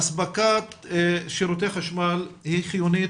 אספקת שירותי חשמל היא חיונית,